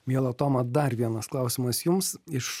miela toma dar vienas klausimas jums iš